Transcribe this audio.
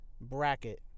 Bracket